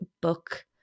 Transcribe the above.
Book